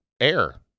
air